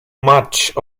much